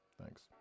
Thanks